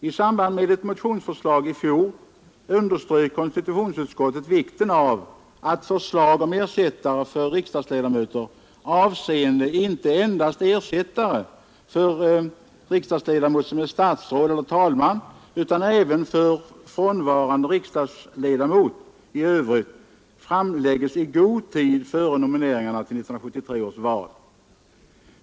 I samband med ett motionsförslag i fjol underströk konstitutionsutskottet vikten av att förslag om ersättare för riksdagsledamöter, avseende ersättare inte endast för riksdagsledamot som är statsråd eller talman utan även för frånvarande riksdagsledamot i övrigt, framlägges i god tid före nomineringarna till 1973 års val.